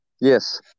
Yes